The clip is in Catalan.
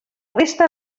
resta